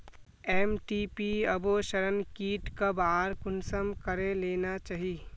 MTP abortion kit कब आर कुंसम करे लेना चही?